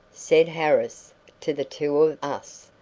said harris to the two of us,